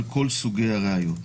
על כל סוגי הראיות.